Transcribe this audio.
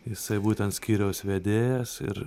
jisai būtent skyriaus vedėjas ir